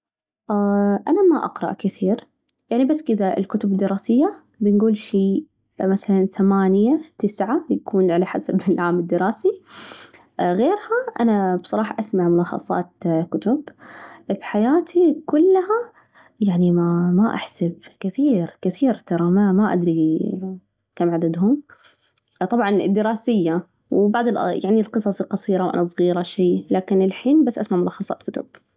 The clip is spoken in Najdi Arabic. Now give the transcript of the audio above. أنا ما أقرأ كثير، يعني بس كذا الكتب الدراسية بنقول شي مثلاً ثمانية تسعة يكون على حسب العام الدراسي، غيرها أنا بصراحة أسمع ملخصات كتب، بحياتي كلها يعني ما أحسب كثير كثير، ترى ما ما أدري كم عددهم طبعًا الدراسية وبعض يعني القصص القصيرة وأنا صغيرة شيء، لكن الحين بس أسمع ملخصات كتب.